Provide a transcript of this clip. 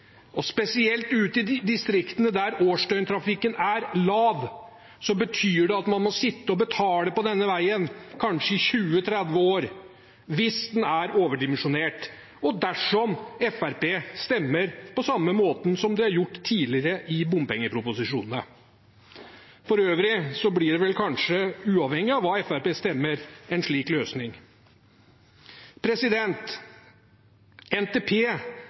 Spesielt ute i distriktene, der årsdøgntrafikken er lav, betyr det at man må sitte og betale på denne veien kanskje i 20–30 år, hvis den er overdimensjonert, og dersom Fremskrittspartiet stemmer på samme måte som de har gjort tidligere i forbindelse med bompengeproposisjoner. For øvrig blir det kanskje uavhengig av hva Fremskrittspartiet stemmer, en slik løsning. NTP